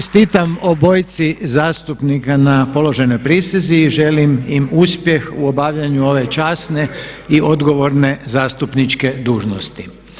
Čestitam obojici zastupnika na položenoj prisezi i želim im uspjeh u obavljanju ove časne i odgovorne zastupničke dužnosti.